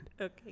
Okay